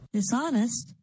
Dishonest